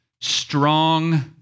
strong